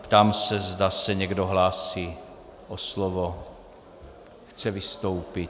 Ptám se, zda se někdo hlásí o slovo, chce vystoupit.